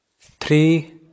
three